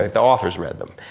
like the authors read them.